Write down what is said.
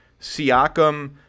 Siakam